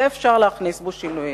יהיה אפשר להכניס בו שינויים.